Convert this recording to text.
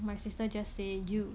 my sister just say you